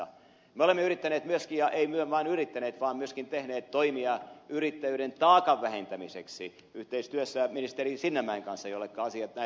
me olemme yrittäneet myöskin tehdä emmekä vain yrittäneet vaan myöskin tehneet toimia yrittäjyyden taakan vähentämiseksi yhteistyössä ministeri sinnemäen kanssa jolleka asiat näiltä osin paljolti kuuluvat